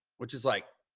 which is like,